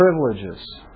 privileges